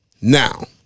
Now